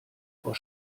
vor